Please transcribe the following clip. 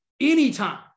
anytime